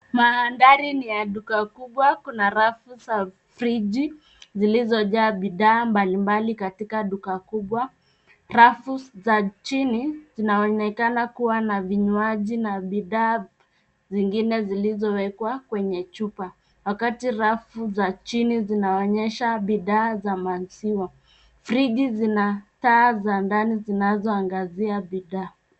Mandhari ni ya duka kubwa, kuna rafu za friji zilizojaa bidhaa mbalimbali katika duka kubwa. Rafu za chini zinaonekana kuwa na vinywaji na bidhaa zingine zilizowekwa kwenye chupa, wakati rafu za chini zinaonyesha bidhaa za maziwa. Friji zina taa za ndani zinazoangazia bidhaa.